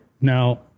Now